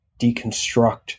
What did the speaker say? deconstruct